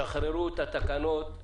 שחררו את התקנות.